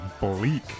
bleak